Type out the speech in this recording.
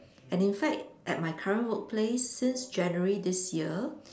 and in fact at my current work place since January this year